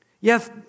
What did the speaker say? Yes